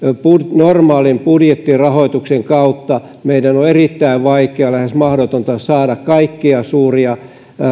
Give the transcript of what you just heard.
normaalin budjettirahoituksen kautta meidän on erittäin vaikea lähes mahdotonta saada kaikkea suuria